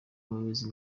muyobozi